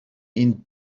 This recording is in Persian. این